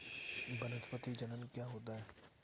वानस्पतिक जनन क्या होता है?